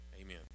Amen